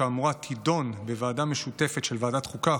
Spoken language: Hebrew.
האמורה תידון בוועדה משותפת של ועדת החוקה,